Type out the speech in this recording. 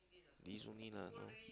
this only lah